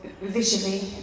visually